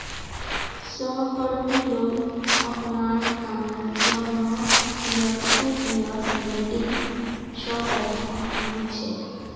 सहकर्मी लोग अपनार कामेर त न पीयर टू पीयर लेंडिंग स पैसा ली छेक